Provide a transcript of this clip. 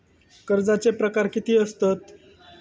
कर्जाचे प्रकार कीती असतत?